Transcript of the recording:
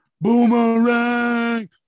Boomerang